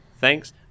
Thanks